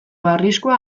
arriskua